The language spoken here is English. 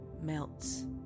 melts